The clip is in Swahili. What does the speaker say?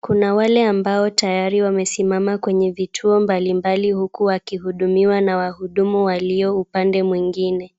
Kuna wale ambao tayari wamesimama kwenye vituo mbalimbali huku wakihudumiwa na wahudumu walio upande mwingine.